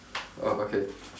oh okay